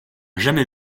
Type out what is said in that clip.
jamais